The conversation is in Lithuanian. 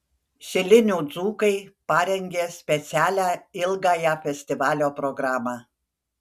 šilinių dzūkai parengė specialią ilgąją festivalio programą